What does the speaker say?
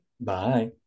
Bye